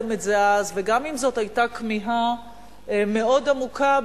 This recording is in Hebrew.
ידעתם את זה אז וגם אם זאת היתה כמיהה מאוד עמוקה,